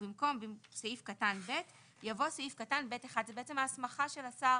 ובמקום סעיף קטן (ב) יבוא סעיף קטן (ב)(1); זו בעצם ההסמכה של השר